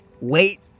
wait